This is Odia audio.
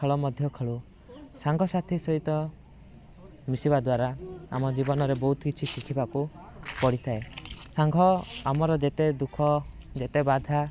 ଖେଳ ମଧ୍ୟ ଖେଳୁ ସାଙ୍ଗସାଥି ସହିତ ମିଶିବା ଦ୍ୱାରା ଆମ ଜୀବନରେ ବହୁତ କିଛି ଶିଖିବାକୁ ପଡ଼ିଥାଏ ସାଂଘ ଆମର ଯେତେ ଦୁଃଖ ଯେତେ ବାଧା